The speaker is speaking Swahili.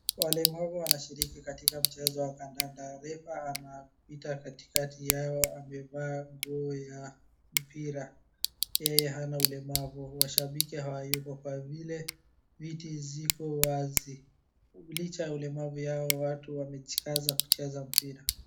walemavu wanashiriki katika mchezo wa kandanda refa anapita katikati yao amevaa nguo ya mpira, yeye hana ulemavu mashabaki hawako kwa vile viti ziko wazi licha ya ulemavu yao watu wamejikaza kucheza mpira